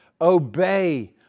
Obey